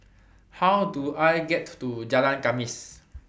How Do I get to Jalan Khamis